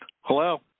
Hello